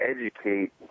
educate